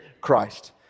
Christ